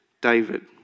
David